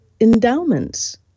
endowments